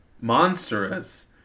monstrous